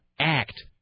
Act